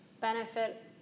benefit